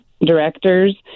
directors